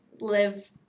live